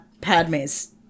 padme's